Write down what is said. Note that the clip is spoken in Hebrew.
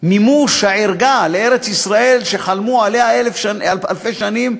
למימוש הערגה לארץ-ישראל, שחלמו עליה אלפי שנים,